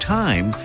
time